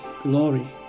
glory